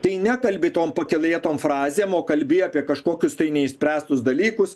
tai nekalbi tom pakylėtom frazėm o kalbi apie kažkokius tai neišspręstus dalykus